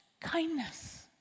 kindness